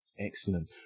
Excellent